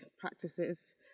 practices